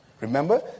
Remember